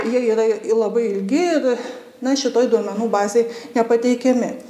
jie yra i labai ilgi ir na šitoj duomenų bazėj nepateikiami